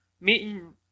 meeting